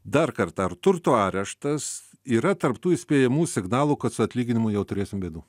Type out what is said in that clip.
dar kartą ar turto areštas yra tarp tų įspėjamųjų signalų kad su atlyginimų jau turėsim bėdų